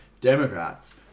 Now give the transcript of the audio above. Democrats